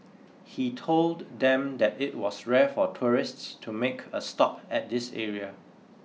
he told them that it was rare for tourists to make a stop at this area